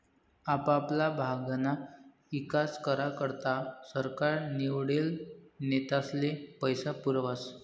आपापला भागना ईकास करा करता सरकार निवडेल नेतास्ले पैसा पुरावस